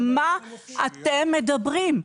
על מה אתם מדברים?